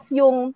yung